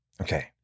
Okay